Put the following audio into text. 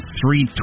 three